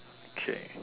okay